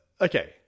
okay